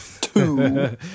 Two